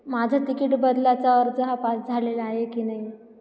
माझा तिकीट बदलाचा अर्ज हा पाास झालेला आहे की नाही